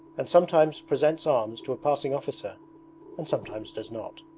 and sometimes presents arms to a passing officer and sometimes does not.